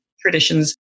traditions